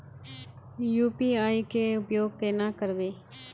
UPI के उपयोग केना करबे?